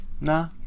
nah